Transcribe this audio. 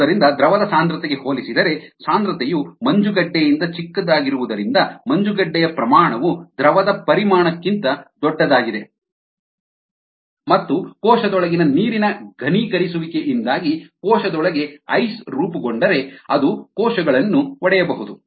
ಆದ್ದರಿಂದ ದ್ರವದ ಸಾಂದ್ರತೆಗೆ ಹೋಲಿಸಿದರೆ ಸಾಂದ್ರತೆಯು ಮಂಜುಗಡ್ಡೆಯಿಂದ ಚಿಕ್ಕದಾಗಿರುವುದರಿಂದ ಮಂಜುಗಡ್ಡೆಯ ಪ್ರಮಾಣವು ದ್ರವದ ಪರಿಮಾಣಕ್ಕಿಂತ ದೊಡ್ಡದಾಗಿದೆ ಮತ್ತು ಕೋಶದೊಳಗಿನ ನೀರಿನ ಘನೀಕರಿಸುವಿಕೆಯಿಂದಾಗಿ ಕೋಶದೊಳಗೆ ಐಸ್ ರೂಪುಗೊಂಡರೆ ಅದು ಕೋಶಗಳನ್ನು ಒಡೆಯಬಹುದು